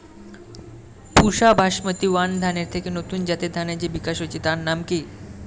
পুসা Basmati one ধানের থেকে নতুন জাতের ধানের যে বিকাশ হয়েছে তার নাম কি?